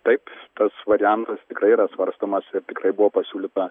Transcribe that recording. taip tas variantas tikrai yra svarstomas ir tikrai buvo pasiūlyta